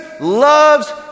loves